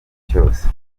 cyose